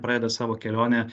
pradeda savo kelionę